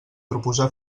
proposar